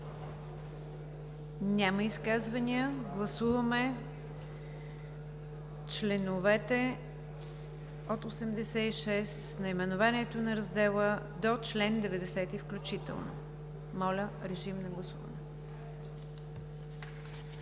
Няма изказвания. Гласуваме членовете от 86, наименованието на раздела, до чл. 90 включително. Моля, режим на гласуване.